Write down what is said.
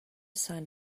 sun